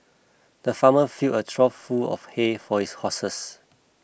the farmer filled a trough full of hay for his horses